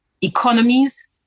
economies